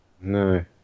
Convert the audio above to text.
No